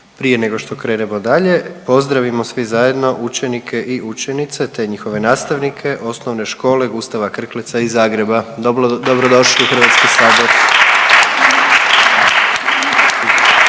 Prije nego što krenemo dalje pozdravimo svi zajedno učenike i učenice, te njihove nastavnike OŠ Gustava Krkleca iz Zagreba. Dobrodošli u HS! …/Pljesak/….